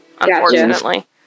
Unfortunately